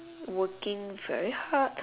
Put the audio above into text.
working very hard